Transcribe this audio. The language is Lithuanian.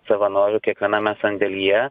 savanorių kiekviename sandėlyje